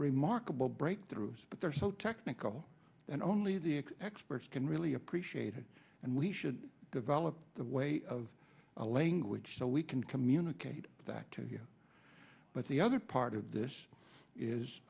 remarkable breakthrough but there are so technical that only the experts can really appreciate it and we should develop the way of a language so we can communicate that to you but the other part of this is